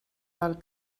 del